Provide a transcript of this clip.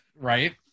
Right